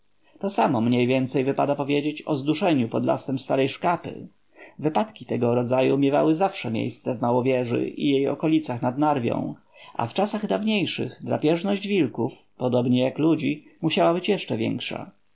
to samo mniej więcej wypada powiedzieć o zduszeniu pod lasem starej szkapy wypadki tego rodzaju miewały zawsze miejsce w małowieży i jej okolicach nad narwią a w czasach dawniejszych drapieżność wilków podobnie jak ludzi musiała być jeszcze większa